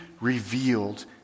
revealed